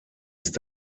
ist